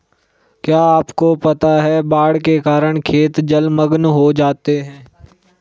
क्या आपको पता है बाढ़ के कारण खेत जलमग्न हो जाते हैं?